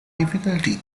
difficulty